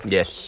Yes